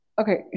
okay